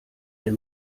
der